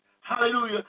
hallelujah